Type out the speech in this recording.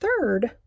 third